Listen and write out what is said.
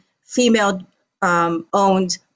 female-owned